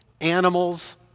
animals